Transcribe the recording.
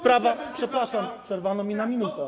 Przepraszam, przerwano mi na minutę.